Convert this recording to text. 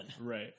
Right